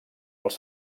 als